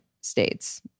states